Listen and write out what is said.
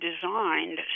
designed